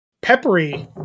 Peppery